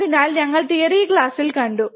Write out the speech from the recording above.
അതിനാൽ ഞങ്ങൾ തിയറി ക്ലാസിൽ കണ്ടു